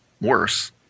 worse